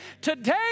Today